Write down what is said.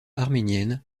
arménienne